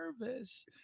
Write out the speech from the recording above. nervous